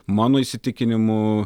mano įsitikinimu